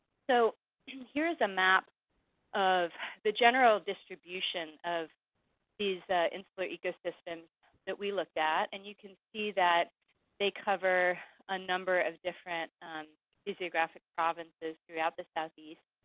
so here's a map of the general distribution of these insular ecosystems that we looked at. and you can see that they cover a number of different physiographic provinces throughout the southeast,